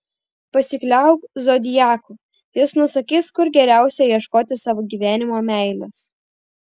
pasikliauk zodiaku jis nusakys kur geriausia ieškoti savo gyvenimo meilės